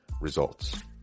results